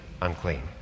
unclean